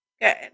good